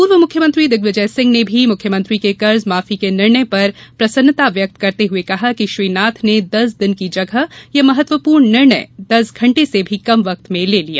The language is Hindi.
पूर्व मुख्यमंत्री दिग्विजय सिंह ने भी मुख्यमंत्री के कर्ज माफी के निर्णय पर प्रसन्नता व्यक्त करते हये कहा कि श्री नाथ ने दस दिन की जगह यह महत्वपूर्ण निर्णय दस घंटे से भी कम वक्त में ले लिया